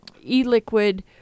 e-liquid